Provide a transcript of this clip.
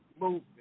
movement